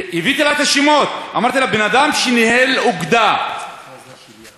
הבאתי לה את השמות ואמרתי לה: בן-אדם שניהל אוגדה ואחד